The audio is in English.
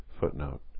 Footnote